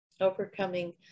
overcoming